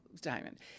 diamond